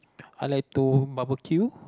I like to barbecue